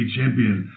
champion